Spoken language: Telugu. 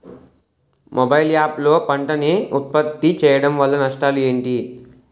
మొబైల్ యాప్ లో పంట నే ఉప్పత్తి చేయడం వల్ల నష్టాలు ఏంటి?